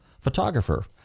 photographer